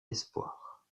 espoirs